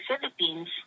Philippines